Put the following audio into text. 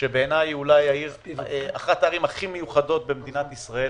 שבעיניי היא אחת הערים הכי מיוחדות במדינת ישראל,